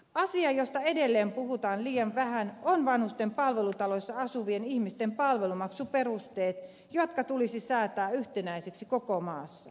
asia josta edelleen puhutaan liian vähän on vanhusten palvelutaloissa asuvien ihmisten palvelumaksuperusteet jotka tulisi säätää yhtenäisiksi koko maassa